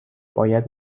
باید